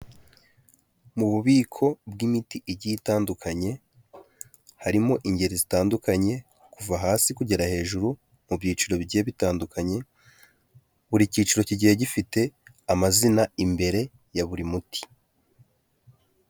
Mu bubiko bw'imiti igiye itandukanye, harimo ingeri zitandukanye, kuva hasi kugera hejuru, mu byiciro bigiye bitandukanye, buri cyiciro kigiye gifite amazina imbere ya buri muti.